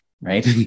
right